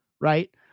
Right